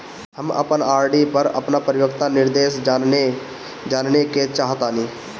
हम अपन आर.डी पर अपन परिपक्वता निर्देश जानेके चाहतानी